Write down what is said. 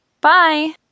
Bye